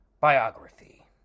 biography